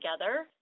together